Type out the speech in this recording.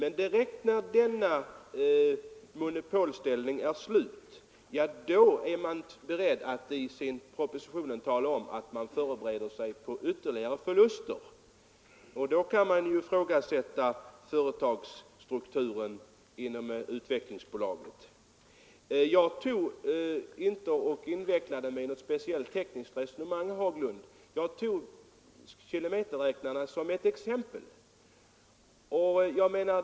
Så snart denna monopolställning är slut är man beredd att tala om i propositionen att bolaget förbereder sig på ytterligare förluster. Jag vill därför ifrågasätta företagsstrukturen inom Utvecklingsbolaget. Jag invecklade mig inte i något speciellt tekniskt resonemang, herr Haglund. Jag tog kilometerräknarna som exempel.